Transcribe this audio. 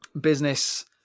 business